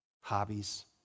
hobbies